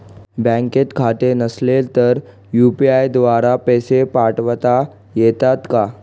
बँकेत खाते नसेल तर यू.पी.आय द्वारे पैसे पाठवता येतात का?